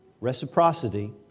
reciprocity